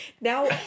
Now